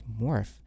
Morph